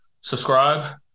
Subscribe